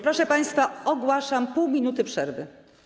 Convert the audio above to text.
Proszę państwa, ogłaszam pół minuty przerwy.